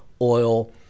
oil